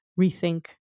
rethink